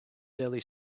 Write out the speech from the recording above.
deli